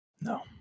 No